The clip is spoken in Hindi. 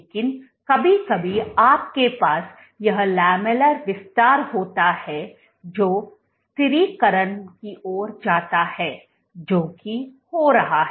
लेकिन कभी कभी आपके पास यह लामेलर विस्तार होता है जो स्थिरीकरण की ओर जाता है जो कि हो रहा है